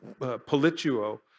politio